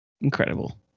Incredible